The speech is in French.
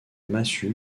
massue